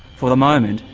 for the moment,